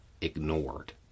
ignored